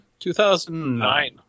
2009